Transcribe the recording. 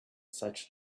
such